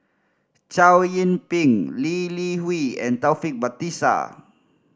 Chow Yian Ping Lee Li Hui and Taufik Batisah